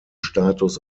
status